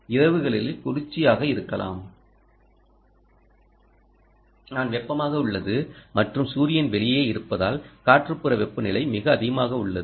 இரவுகளில் குளிர்ச்சியாக இருக்கும் நாள் வெப்பமாக உள்ளது மற்றும் சூரியன் வெளியே இருப்பதால் சுற்றுப்புற வெப்பநிலை மிக அதிகமாக உள்ளது